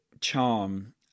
charm